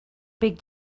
big